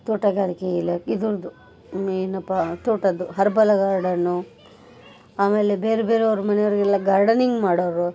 ತೋಟಗಾರಿಕೆ ಇಲಾಖೆ ಇದ್ರದ್ದು ಏನಪ್ಪಾ ತೋಟದ್ದು ಹರ್ಬಲ್ ಗಾರ್ಡನ್ನು ಆಮೇಲೆ ಬೇರೆ ಬೇರೆಯವ್ರ ಮನೆಯವರಿಗೆಲ್ಲ ಗಾರ್ಡನಿಂಗ್ ಮಾಡೋರು